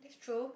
that's true